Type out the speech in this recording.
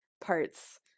parts